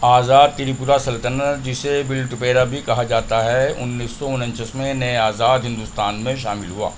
آزاد تریپورہ سلطنت جسے بلٹپیرا بھی کہا جاتا ہے انیس سو اننچاس میں نئے آزاد ہندوستان میں شامل ہوا